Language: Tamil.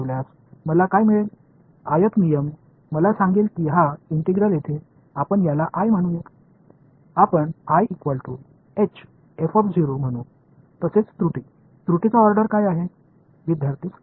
செவ்வக விதி என்னிடம் இது இங்கே இன்டெக்ரல் இருக்கிறது என்று சொல்லும் இதை I என்று அழைப்போம் நாம் என்று சொல்வோம் மற்றும் பிழையைச் சொல்வோம் பிழையின் வரிசை என்ன